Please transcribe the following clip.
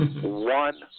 one